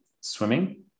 swimming